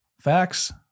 facts